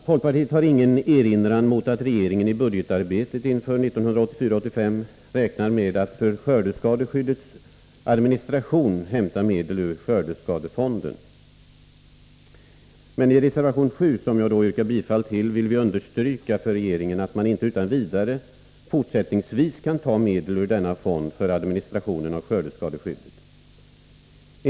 Folkpartiet har ingen erinran mot att regeringen i budgetarbetet inför 1984/85 räknar med att för skördeskadeskyddets administration hämta medel ur skördeskadefonden. Men i reservation 7, som jag yrkar bifall till, vill vi understryka för regeringen att man inte utan vidare fortsättningsvis kan ta medel ur denna fond för administrationen av skördeskadeskyddet.